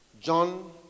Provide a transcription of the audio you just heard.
John